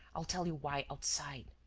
i'll tell you why outside.